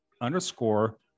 underscore